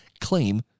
claim